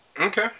Okay